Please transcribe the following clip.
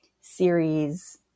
series